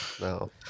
No